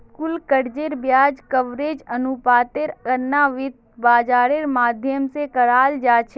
कुल कर्जेर ब्याज कवरेज अनुपातेर गणना वित्त बाजारेर माध्यम से कराल जा छे